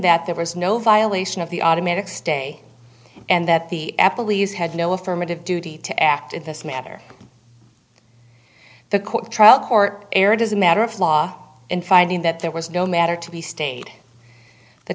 that there was no violation of the automatic stay and that the apple had no affirmative duty to act in this matter the court trial court erred as a matter of law and finding that there was no matter to be stayed the